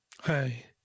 Hi